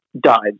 died